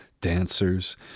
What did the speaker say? dancers